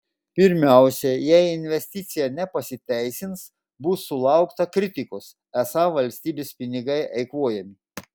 pirmiausia jei investicija nepasiteisins bus sulaukta kritikos esą valstybės pinigai eikvojami